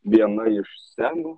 viena iš scenų